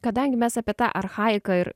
kadangi mes apie tą archaiką ir